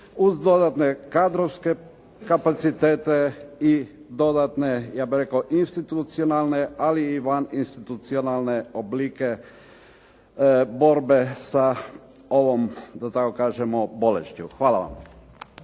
uz dodatne kadrovske kapacitete i dodatne ja bih rekao institucionalne, ali i vaninstitucionalne oblike borbe sa ovom da tako kažemo bolešću. Hvala vam.